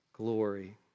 Glory